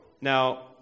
Now